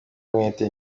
umwete